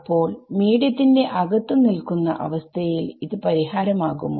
അപ്പോൾ മീഡിയത്തിന്റെ അകത്തു നിൽക്കുന്ന അവസ്ഥ യിൽ ഇത് പരിഹാരം ആകുമോ